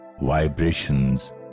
vibrations